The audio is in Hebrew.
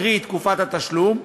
קרי תקופת התשלום.